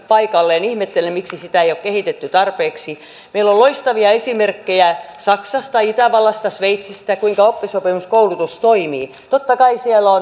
paikalleen ihmettelen miksi sitä ei ole kehitetty tarpeeksi meillä on loistavia esimerkkejä saksasta itävallasta sveitsistä kuinka oppisopimuskoulutus toimii totta kai siellä